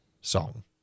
song